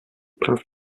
прав